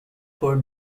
for